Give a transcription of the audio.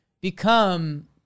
Become